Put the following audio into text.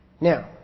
Now